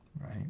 Right